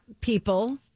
people